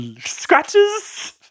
Scratches